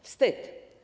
Wstyd.